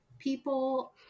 people